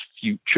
future